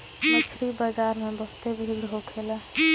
मछरी बाजार में बहुते भीड़ होखेला